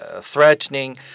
threatening